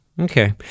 Okay